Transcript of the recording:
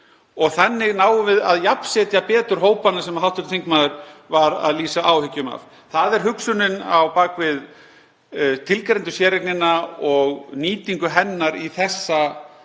Þannig náum við að jafnsetja betur hópana sem hv. þingmaður var að lýsa áhyggjum af. Það er hugsunin á bak við tilgreindu séreignina og nýtingu hennar í þessa